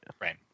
Right